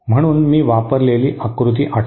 म्हणून मी वापरलेली आकृती आठवा